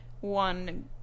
one